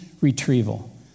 retrieval